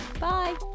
Bye